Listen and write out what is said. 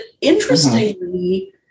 interestingly